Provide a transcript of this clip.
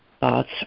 thoughts